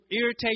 irritate